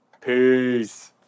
Peace